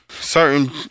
certain